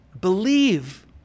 Believe